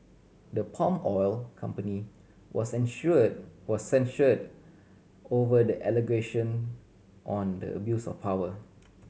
the palm oil company were censured was censured over the allegation on the abuse of power